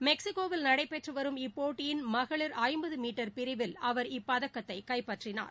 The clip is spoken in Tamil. மெக்ஸிகோவில் நடைபெற்று வரும் இப்போட்டியின் மகளிர் ஐம்பது மீட்டர் பிரிவில் அவர் இப்பதக்கத்தைக் கைப்பற்றினார்